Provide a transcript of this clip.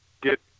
get